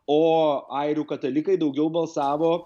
o airių katalikai daugiau balsavo